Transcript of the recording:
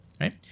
Right